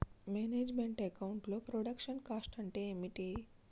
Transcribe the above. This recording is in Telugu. మేనేజ్ మెంట్ అకౌంట్ లో ప్రొడక్షన్ కాస్ట్ అంటే ఏమిటి?